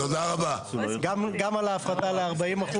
גם על ההפחתה לארבעים אחוז.